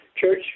church